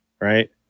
right